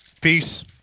Peace